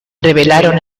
revelaron